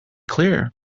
clear